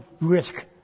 risk